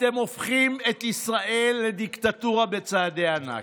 אתם הופכים את ישראל לדיקטטורה בצעדי ענק.